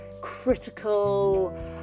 critical